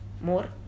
More